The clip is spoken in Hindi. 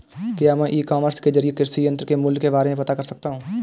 क्या मैं ई कॉमर्स के ज़रिए कृषि यंत्र के मूल्य के बारे में पता कर सकता हूँ?